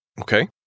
Okay